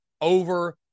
over